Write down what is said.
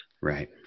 Right